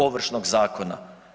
Ovršnog zakona.